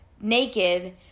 naked